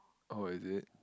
oh is it